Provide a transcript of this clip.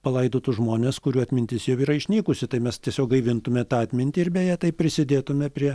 palaidotus žmones kurių atmintis jau yra išnykusi tai mes tiesiog gaivintume tą atmintį ir beje taip prisidėtumėme prie